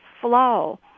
flow